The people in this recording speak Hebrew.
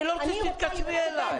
אני לא רוצה שתתקשרי אליי.